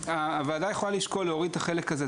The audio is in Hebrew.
הוועדה יכולה לשקול להוריד את החלק הזה,